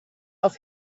auf